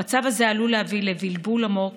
המצב הזה עלול להביא לבלבול עמוק